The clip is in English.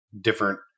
different